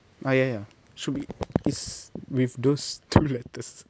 ah ya ya should be is with those two letters